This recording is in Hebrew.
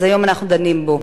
אז היום אנחנו דנים בו,